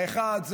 האחד,